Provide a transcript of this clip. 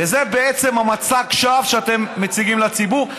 וזה בעצם מצג השווא שאתם מציגים לציבור,